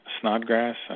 Snodgrass